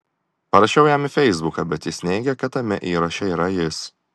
parašiau jam į feisbuką bet jis neigė kad tame įraše yra jis